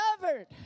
covered